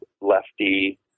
lefty